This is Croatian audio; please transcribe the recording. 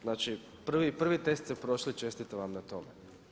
Znači, prvi test ste prošli i čestitam vam na tome.